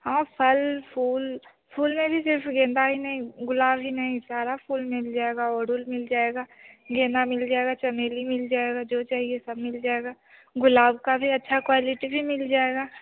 हाँ फल फूल फूल में भी जैसे गेंदा ही नही गुलाब ही नही सारा फूल मिल जाएगा ओड़हुल मिल जाएगा गेंदा मिल जाएगा चमेली मिल जाएगा जो चाहिए सब मिल जाएगा गुलाब का भी अच्छा क्वालिटी भी मिल जाएगा